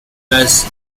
las